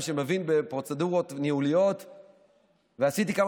זו הייתה חוויה מרגשת, מבחינתי, מה